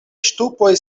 ŝtupoj